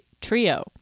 trio